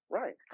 right